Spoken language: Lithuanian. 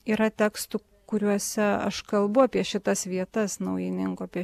yra tekstų kuriuose aš kalbu apie šitas vietas naujininkų apie